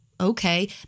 Okay